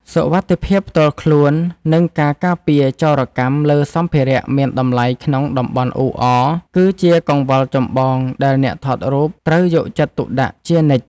សុវត្ថិភាពផ្ទាល់ខ្លួន និងការការពារចោរកម្មលើសម្ភារៈមានតម្លៃក្នុងតំបន់អ៊ូអរ គឺជាកង្វល់ចម្បងដែលអ្នកថតរូបត្រូវយកចិត្តទុកដាក់ជានិច្ច។